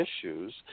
issues